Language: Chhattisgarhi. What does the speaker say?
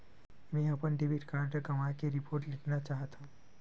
मेंहा अपन डेबिट कार्ड गवाए के रिपोर्ट लिखना चाहत हव